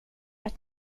att